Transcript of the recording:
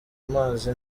amazi